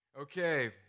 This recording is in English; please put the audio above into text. Okay